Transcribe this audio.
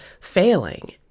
failing